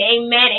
amen